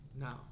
now